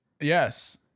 Yes